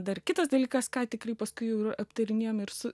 dar kitas dalykas ką tikrai paskui ir aptarinėjom ir su